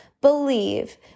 believe